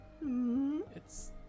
It's-